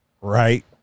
right